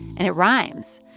and it rhymes.